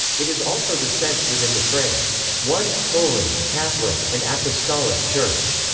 it is also the sense within the phrase one, holy, catholic, and apostolic church,